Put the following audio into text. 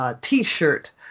T-shirt